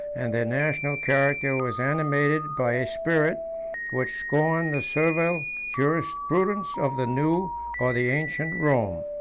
and their national character was animated by a spirit which scorned the servile jurisprudence of the new or the ancient rome.